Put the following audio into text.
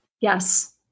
Yes